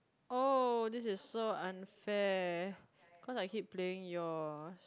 oh this is so unfair cause I keep playing yours